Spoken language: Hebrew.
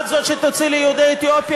את זו שתצילי את יהודי אתיופיה?